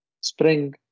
spring